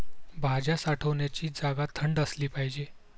भाज्या साठवण्याची जागा थंड असली पाहिजे